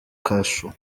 kasho